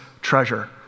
treasure